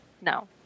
No